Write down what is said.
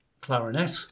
clarinet